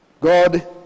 God